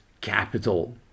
capital